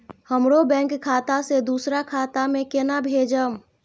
हमरो बैंक खाता से दुसरा खाता में केना भेजम?